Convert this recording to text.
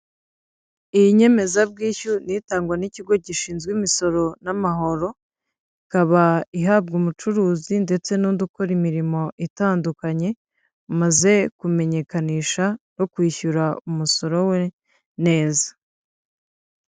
Iyi nyemezabwishyu ni itangwa n'ikigo gishinzwe imisoro n'amahoro, ikaba ihabwa umucuruzi ndetse n'undi ukora imirimo itandukanye wamaze kumenyekanisha no kwishyura umusoro we neza.